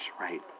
right